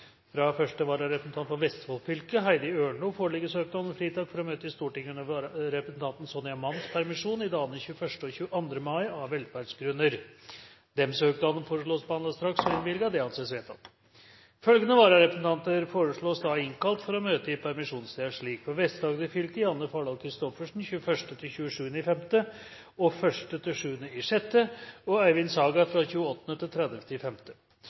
Fra første vararepresentant for Vestfold fylke, Heidi Ørnlo, foreligger søknad om fritak for å møte i Stortinget under representanten Sonja Mandts permisjon, i dagene 21. og 22. mai, av velferdsgrunner. Søknadene foreslås behandlet straks og innvilget. – Det anses vedtatt. Følgende vararepresentanter innkalles for å møte i permisjonstiden: For Vest-Agder fylke: Janne Fardal Kristoffersen 21.–27. mai og 1.–7. juni og